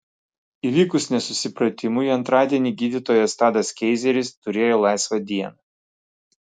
įvykus nesusipratimui antradienį gydytojas tadas keizeris turėjo laisvą dieną